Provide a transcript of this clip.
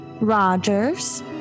Rogers